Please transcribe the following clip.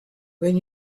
when